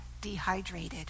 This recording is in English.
dehydrated